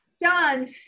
Done